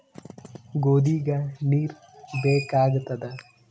ಗೋಧಿಗ ನೀರ್ ಬೇಕಾಗತದ?